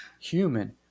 human